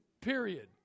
period